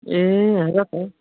ए र त